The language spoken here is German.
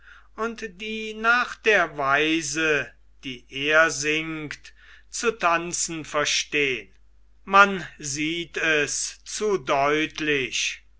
und die nach der weise die er singt zu tanzen verstehn man sieht es zu deutlich